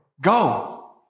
Go